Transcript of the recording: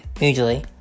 usually